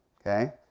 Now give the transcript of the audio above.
Okay